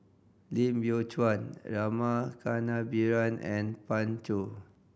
Lim Biow Chuan Rama Kannabiran and Pan Shou